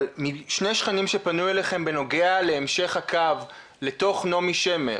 אבל שני שכנים שפנו אליכם בנוגע להמשך הקו לתוך נעמי שמר